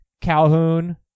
Calhoun